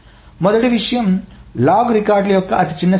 మొదటి విషయం లాగ్ రికార్డుల యొక్క అతి చిన్న సమస్య